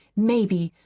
maybe,